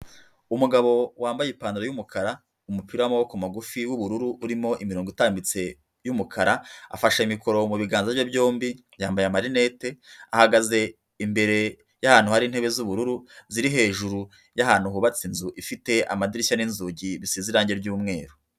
Umugabo wambaye ipantaro y'umukara, umupira w'amaboko magufi w'ubururu urimo imirongo itambitse y'umukara afashe mikoro mu biganza bye byombi, yambaye amarinete, ahagaze imbere y'ahantu hari intebe z'ubururu ziri hejuru y'ahantu hubatse inzu ifite amadirishya n'inzugi bisize irange ry'umweru.